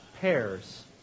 pairs